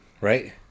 right